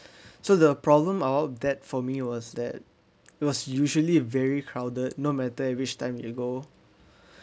so the problem out that for me was that it was usually very crowded no matter which time you go